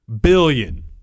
billion